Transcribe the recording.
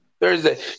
Thursday